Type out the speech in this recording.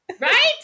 Right